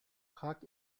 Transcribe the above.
prag